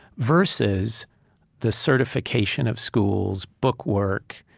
versus the certification of schools, bookwork,